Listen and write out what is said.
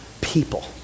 people